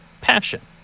passion